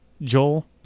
Joel